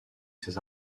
ses